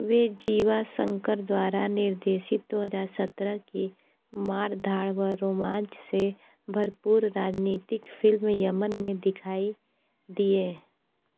वे जीवा शंकर द्वारा निर्देशित दो हज़ार सत्रह की मार धाड़ व रोमांच से भरपूर राजनीतिक फिल्म यमन में दिखाई दिए